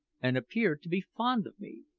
and appeared to be fond of me,